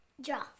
Draw